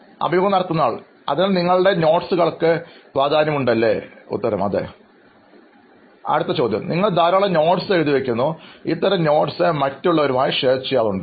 അഭിമുഖം നടത്തുന്നയാൾ അതിനാൽ നിങ്ങളുടെ കുറിപ്പുകൾക്ക് പ്രാധാന്യം നൽകുന്നു അല്ലേ അഭിമുഖം സ്വീകരിക്കുന്നയാൾ അതെ അഭിമുഖം നടത്തുന്നയാൾ നിങ്ങൾ ധാരാളം കുറിപ്പുകൾ എഴുതാറുണ്ട് ഇത്തരം കുറിപ്പുകൾ നിങ്ങൾ മറ്റുള്ളവരുമായി പങ്കിടുന്നുണ്ടോ